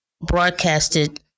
broadcasted